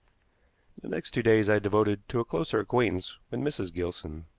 the next two days i devoted to a closer acquaintance with mrs. gilson.